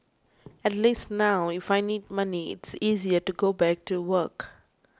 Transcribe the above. at least now if I need money it's easier to go back to work